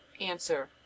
answer